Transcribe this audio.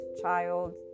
child